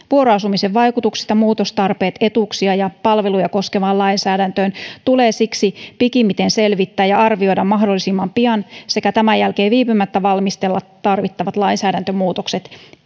vuoroasumisen vaikutukset ja muutostarpeet etuuksia ja palveluja koskevaan lainsäädäntöön tulee siksi pikimmiten selvittää ja arvioida mahdollisimman pian sekä tämän jälkeen tulee viipymättä valmistella tarvittavat lainsäädäntömuutokset